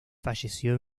falleció